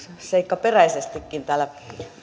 seikkaperäisestikin täällä